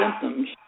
symptoms